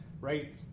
right